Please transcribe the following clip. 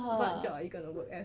what job are you gonna work as